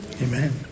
Amen